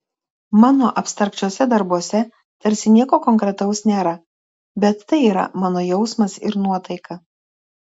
mano abstrakčiuose darbuose tarsi nieko konkretaus nėra bet tai yra mano jausmas ir nuotaika